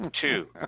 Two